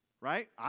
right